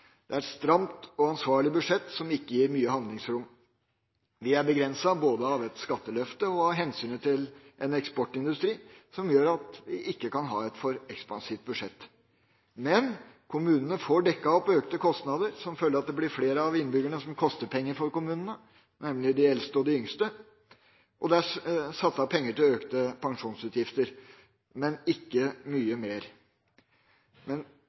Det er et stramt og ansvarlig budsjett, som ikke gir mye handlingsrom. Vi er begrenset både av et skatteløfte og av hensynet til en eksportindustri som gjør at vi ikke kan ha et for ekspansivt budsjett. Men kommunene får dekket opp økte kostnader som følge av at det blir flere av de innbyggerne som koster kommunene penger, nemlig de eldste og de yngste. Og det er satt av penger til økte pensjonsutgifter, men ikke